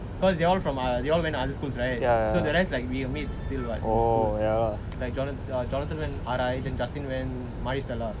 because they all from uh you all went other schools right ya so the rest like we meet still what in school like jonathan went R_I then justin went maris stella